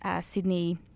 Sydney